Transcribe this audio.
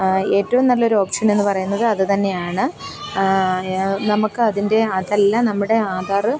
ഏറ്റവും നല്ല ഒരു ഓപ്ഷൻ എന്ന് പറയുന്നത് അത് തന്നെയാണ് നമ്മൾക്ക് അതിന്റെ അതെല്ലാം നമ്മളുടെ ആധാർ